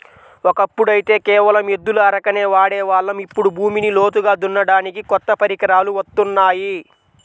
ఒకప్పుడైతే కేవలం ఎద్దుల అరకనే వాడే వాళ్ళం, ఇప్పుడు భూమిని లోతుగా దున్నడానికి కొత్త పరికరాలు వత్తున్నాయి